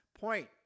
point